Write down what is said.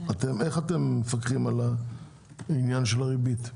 איך אתם מפקחים על העניין של הריבית?